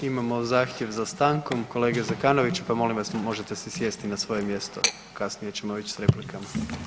Imamo zahtjev za stankom kolege Zekanović, pa molim vas možete si sjesti na svoje mjesto, kasnije ćemo ić s replikama.